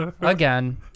Again